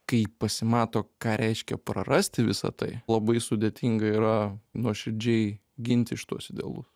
kai pasimato ką reiškia prarasti visa tai labai sudėtinga yra nuoširdžiai ginti šituos idealus